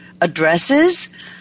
addresses